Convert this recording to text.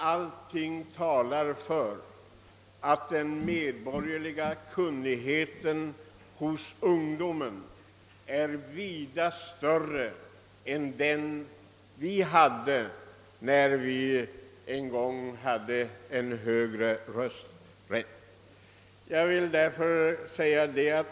Allting talar för att den medborgerliga kunnigheten hos dagens ungdom är vida större än den vi själva hade en gång, när rösträttsåldern var hög; re.